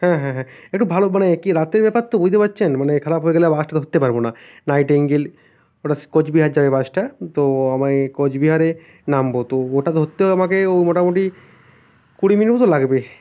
হ্যাঁ হ্যাঁ হ্যাঁ একটু ভালো মানে কি রাতের ব্যাপার তো বুঝতে পারছেন মানে খারাপ হয়ে গেলে বাসটা ধরতে পারব না নাইটিঙ্গেল ওটা কোচবিহার যাবে বাসটা তো আমায় কোচবিহারে নামব তো ওটা ধরতে হবে আমাকে ও মোটামুটি কুড়ি মিনিট মতো লাগবে